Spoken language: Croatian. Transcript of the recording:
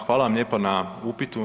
Hvala vam lijepa na upitu.